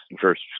first